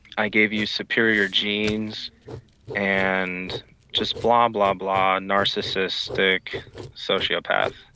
i gave you superior genes and just blah, blah, blah, narcissistic sociopath.